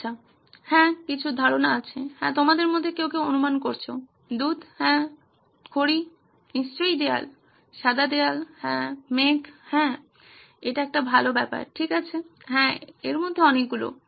আচ্ছা হ্যাঁ কিছু ধারনা আছে হ্যাঁ তোমাদের মধ্যে কেউ কেউ অনুমান করেছো দুধ হ্যাঁ খড়ি নিশ্চিয়ই দেয়াল সাদা দেয়াল হ্যাঁ মেঘ হ্যাঁ এটি একটি ভালো ব্যাপার ঠিক আছে হ্যাঁ এর মধ্যে অনেকগুলি